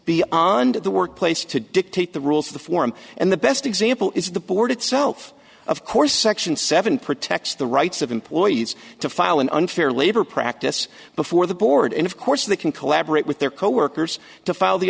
beyond the workplace to dictate the rules of the forum and the best example is the board itself of course section seven protects the rights of employees to file an unfair labor practice before the board and of course they can collaborate with their coworkers to file the